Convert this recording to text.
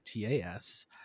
TAS